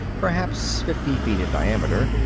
perhaps fifty feet in diameter,